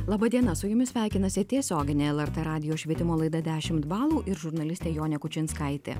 laba diena su jumis sveikinasi tiesioginė lrt radijo švietimo laida dešimt balų ir žurnalistė jonė kučinskaitė